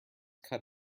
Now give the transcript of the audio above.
cut